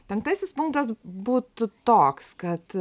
penktasis punktas būtų toks kad